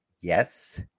yes